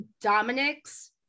Dominic's